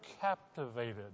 captivated